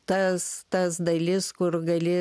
tas tas dalis kur gali